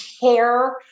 care